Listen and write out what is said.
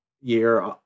year